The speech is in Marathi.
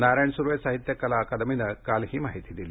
नारायण सुर्वे साहित्य कला अकादमीनं काल ही माहिती दिली